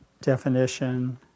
definition